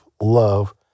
love